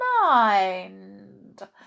mind